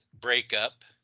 breakup